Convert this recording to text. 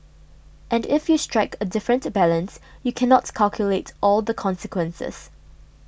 and if you strike a different balance you cannot calculate all the consequences